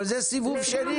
אבל זה סיבוב שני